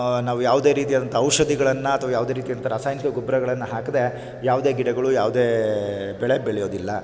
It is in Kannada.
ನಾವು ಯಾವುದೇ ರೀತಿಯಾದಂಥ ಔಷಧಿಗಳನ್ನು ಅಥ್ವ ಯಾವುದೇ ರೀತಿಯಾದಂಥ ರಾಸಾಯನಿಕ ಗೊಬ್ರಗಳನ್ನು ಹಾಕದೇ ಯಾವುದೇ ಗಿಡಗಳು ಯಾವುದೇ ಬೆಳೆ ಬೆಳೆಯೋದಿಲ್ಲ